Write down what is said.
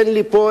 אין לי פה,